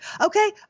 Okay